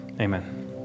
Amen